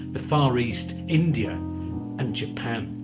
the far east, india and japan.